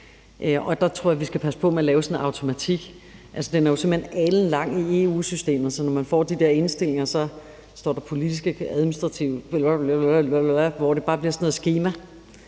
Der tror jeg, at vi skal passe på med at lave sådan en automatik. Altså, den er jo simpelt hen alenlang i EU-systemet, så når man får de der indstillinger, så står der noget politisk og administrativt bla bla bla, altså hvor det bare bliver sådan noget